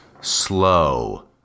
slow